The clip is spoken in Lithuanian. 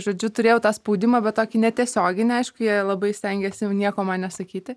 žodžiu turėjau tą spaudimą bet tokį netiesioginį aišku jie labai stengėsi jau nieko man nesakyti